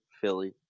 Philly